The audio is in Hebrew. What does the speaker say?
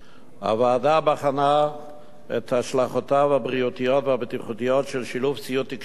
הוועדה בחנה את השלכותיו הבריאותיות והבטיחותיות של שילוב ציוד תקשורת